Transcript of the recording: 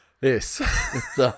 Yes